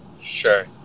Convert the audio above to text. Sure